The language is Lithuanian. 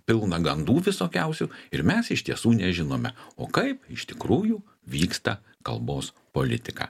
pilna gandų visokiausių ir mes iš tiesų nežinome o kaip iš tikrųjų vyksta kalbos politika